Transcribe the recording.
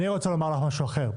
אני רוצה לומר לך משהו אחר.